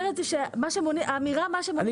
פקיד דואר שיחליט למי להעביר את החומר.